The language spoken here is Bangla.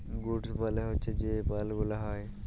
গুডস মালে হচ্যে যে মাল গুলা হ্যয়